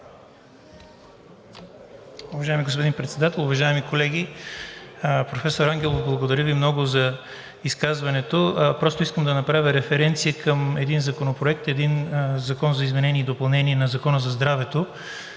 Уважаеми господин Председател, уважаеми колеги! Професор Ангелов, благодаря Ви много за изказването. Просто искам да направя референция към един законопроект, един Закон за изменение и допълнение на Закона за здравето,